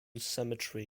cemetery